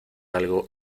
algo